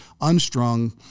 unstrung